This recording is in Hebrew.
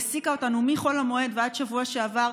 שהעסיקה אותנו מחול המועד ועד השבוע שעבר,